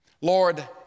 Lord